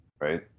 Right